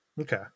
okay